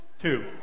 two